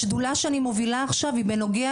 השדולה שאני מובילה עכשיו היא בנוגע